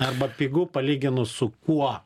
arba pigu palyginus su kuo